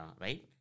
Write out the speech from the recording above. right